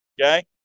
Okay